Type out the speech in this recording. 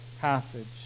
passage